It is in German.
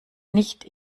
nicht